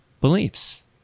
beliefs